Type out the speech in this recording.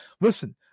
listen